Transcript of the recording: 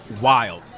wild